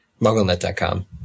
MuggleNet.com